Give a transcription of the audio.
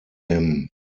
him